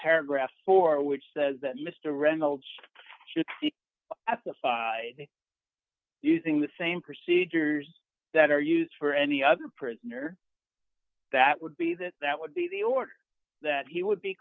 paragraph four which says that mr reynolds at the file using the same procedures that are used for any other prisoner that would be that that would be the order that he would be